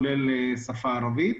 כולל שפה ערבית.